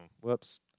whoops